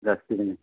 जास्त नाही